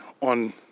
on